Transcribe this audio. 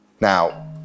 Now